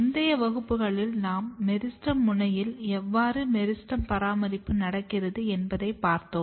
முந்தைய வகுப்புகளில் நாம் மெரிஸ்டெம் முனையில் எவ்வாறு மெரிஸ்டெம் பராமரிப்பு நடக்கிறது என்பதை பார்த்தோம்